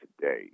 today